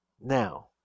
Now